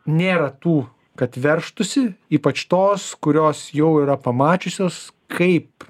nėra tų kad veržtųsi ypač tos kurios jau yra pamačiusios kaip